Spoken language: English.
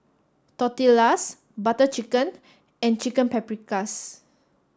Tortillas Butter Chicken and Chicken Paprikas